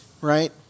right